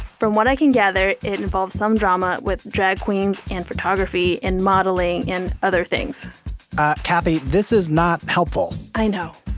from what i can gather, it involves some drama with drag queens and photography and modelling and other things kathy, this is not helpful i know